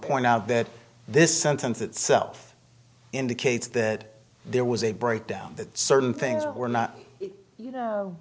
point out that this sentence itself indicates that there was a breakdown that certain things were not you know